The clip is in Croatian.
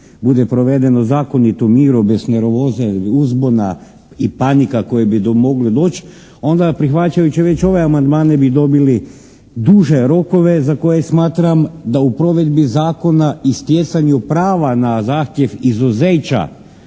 bude provedeno u zakonitom miru bez nervoze, uzbuna i panika do kojim bi moglo doći onda prihvaćajući već ove amandmane bi dobili duže rokove za koje smatram da u provedbi zakona i stjecanju prava na zahtjev izuzeća